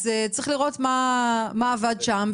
צריך לראות מה עבד שם.